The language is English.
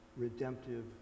redemptive